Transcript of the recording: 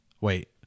Wait